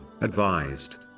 advised